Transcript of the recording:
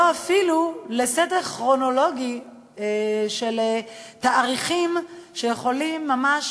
אפילו לא לסדר כרונולוגי של תאריכים שיכולים ממש